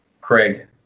Craig